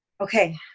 okay